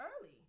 early